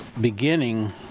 beginning